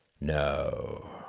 No